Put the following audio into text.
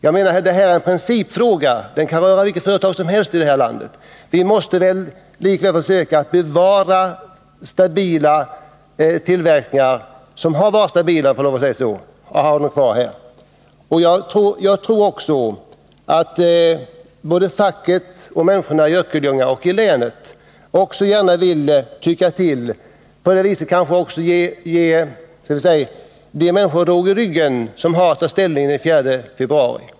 Jag menar att detta är en principfråga, som kan beröra vilket företag som helst. Vi måste väl försöka bevara tillverkningar som har varit stabila och behålla dem kvar här. Jag tror också att både facket och människorna i Örkelljunga och i länet gärna vill tycka till och på det sättet kanske ge dem råg i ryggen som har att ta ställning den 4 februari.